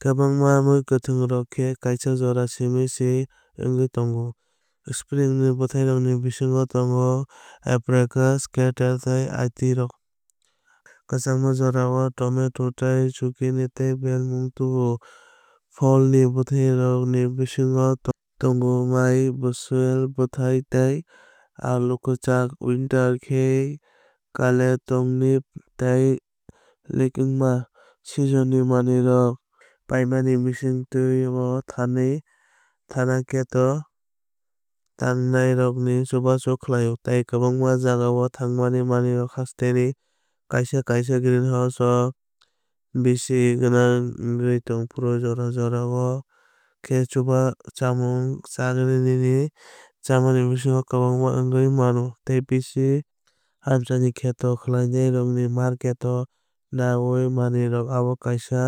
Kwbangma muikwthang rok khe kaisa jorao simi se wngwi tongo. Spring ni bwthai rok ni bisingo tongo asparagus chatar tei artirok. Kwchangma jorao tomato tei zucchini tei bel mwng tubuo. Foll ni bwthai rok ni bisingo tongo mai brussels bwthai tei alu kwchak. Winter khe kale tornip tei leek wngma. Season ni manwirok paimani bisingtwibo thani thanai kheto tangnairokno chubachu khlaio. Tei kwbangma jagao thangmani manwirokni hasteni kaisa kaisa greenhouse o bisi gwnangwi wngwi tongphuru jora jora o khe chamung chakhe nini chamungni bisingo kwbangma wngwi mano. Tei bisi amchai ni kheto khlainai rokni market o naiwi manwui rok abo kaisa